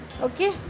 Okay